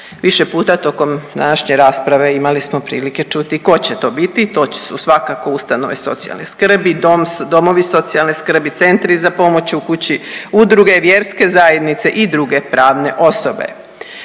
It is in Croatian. Više puta tokom današnje rasprave imali smo prilike čuti tko će to biti. To su svakako ustanove socijalne skrbi, domovi socijalne skrbi, centri za pomoć u kući, udruge, vjerske zajednice i druge pravne osobe.